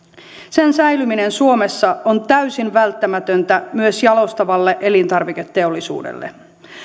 sen säilyminen suomessa on täysin välttämätöntä myös jalostavalle elintarviketeollisuudelle